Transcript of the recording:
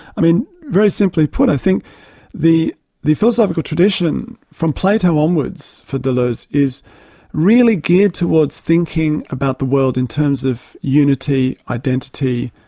i mean, very simply put, i think the the philosophical tradition from plato onwards for deleuze is really geared towards thinking about the world in terms of unity, identity,